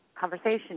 conversation